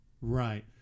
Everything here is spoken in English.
Right